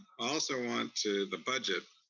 also want, to the budget,